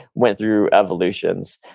went through evolutions,